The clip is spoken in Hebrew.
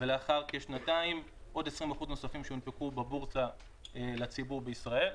ולאחר כשנתיים עוד 20% נוספים שיונפקו בבורסה לציבור בישראל.